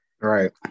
Right